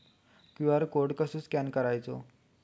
QR code कसो scan करायचो?